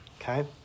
okay